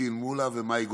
פטין מולא ומאי גולן,